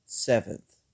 Seventh